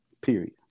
Period